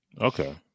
Okay